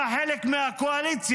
אתה חלק מהקואליציה.